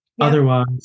Otherwise